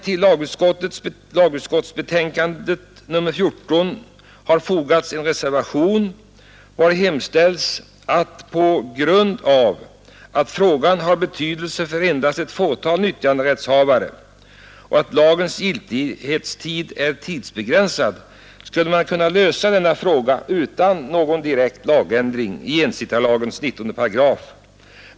Vid betänkandet har fogats en reservation vari framhålles att på grund av att frågan har betydelse endast för ett fåtal nyttjanderättshavare och då lagens giltighetstid är begränsad skulle frågan kunna lösas utan någon direkt ändring av 19 § ensittarlagen.